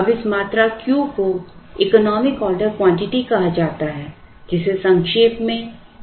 अब इस मात्रा Q को इकोनॉमिक ऑर्डर क्वांटिटी कहा जाता है जिसे संक्षेप में EOQ भी कहा जाता है